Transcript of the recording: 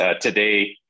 today